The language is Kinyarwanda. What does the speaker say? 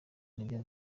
nibyo